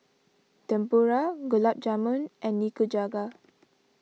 Tempura Gulab Jamun and Nikujaga